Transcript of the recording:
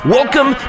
Welcome